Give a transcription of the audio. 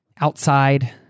outside